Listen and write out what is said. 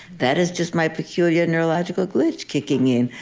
that is just my peculiar neurological glitch kicking in.